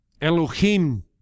Elohim